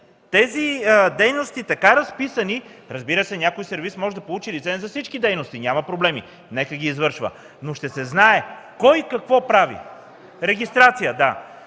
тези дейности, разбира се, някой сервиз може да получи лиценз за всички дейности – няма проблеми, нека ги извършва, но ще се знае кой какво прави. (Реплика